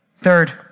Third